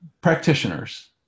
practitioners